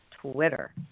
Twitter